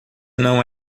não